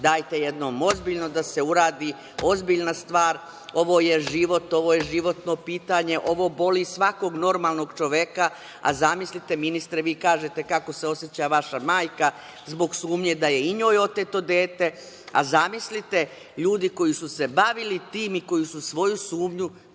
Dajte jednom ozbiljno da se uradi ozbiljna stvar. Ovo je život, ovo je životno pitanje, ovo boli svakog normalnog čoveka. Zamislite ministre, vi kažete kako se oseća vaša majka zbog sumnje da je i njoj oteto dete, a zamislite ljudi koji su se bavili tim i koji su svoju sumnju doveli